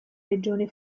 regione